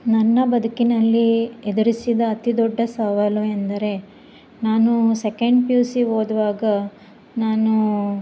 ನನ್ನ ಬದುಕಿನಲ್ಲಿ ಎದುರಿಸಿದ ಅತಿ ದೊಡ್ಡ ಸವಾಲು ಎಂದರೆ ನಾನೂ ಸೆಕೆಂಡ್ ಪಿ ಯು ಸಿ ಓದುವಾಗ ನಾನು